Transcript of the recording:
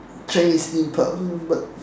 Chinese steam puff um but